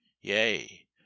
Yea